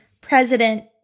President